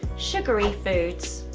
sugary foods,